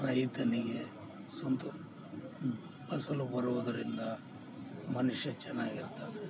ರೈತನಿಗೆ ಸಂತೋಷ ಫಸಲು ಬರುವುದರಿಂದ ಮನುಷ್ಯ ಚೆನ್ನಾಗಿರ್ತಾನೆ